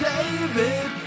David